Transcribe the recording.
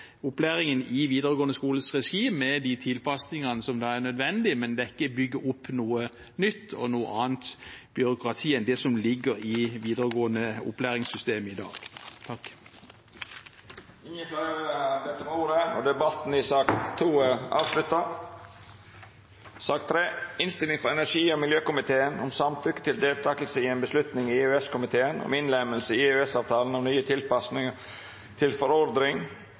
opplæringen i videregående skoles regi med de tilpasningene som er nødvendig, men man skal ikke bygge opp noe nytt og et annet byråkrati enn det som ligger i det videregående opplæringssystemet i dag. Fleire har ikkje bedt om ordet til sak nr. 2. Etter ønske frå energi- og miljøkomiteen vil presidenten føreslå at taletida vert avgrensa til 3 minutt til kvar partigruppe og 3 minutt til medlemer av regjeringa. Vidare vil presidenten føreslå at det ikkje vert gjeve høve til